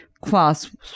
class